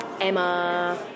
Emma